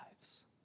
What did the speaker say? lives